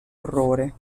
orrore